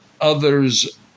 others